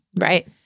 Right